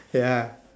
ya